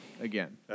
again